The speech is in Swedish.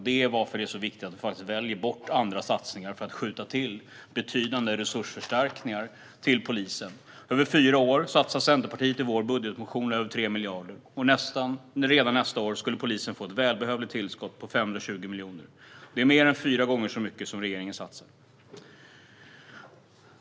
Det är varför det är så viktigt att vi faktiskt väljer bort andra satsningar för att skjuta till betydande resursförstärkningar till polisen. Över fyra år satsar vi i Centerpartiet i vår budgetmotion över 3 miljarder, och redan nästa år skulle polisen få ett välbehövligt tillskott på 520 miljoner. Det är mer än fyra gånger så mycket som regeringen satsar.